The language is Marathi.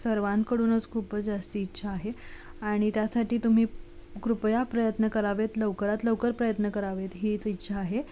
सर्वांकडूनच खूपच जास्त इच्छा आहे आणि त्यासाठी तुम्ही कृपया प्रयत्न करावेत लवकरात लवकर प्रयत्न करावेत हीच इच्छा आहे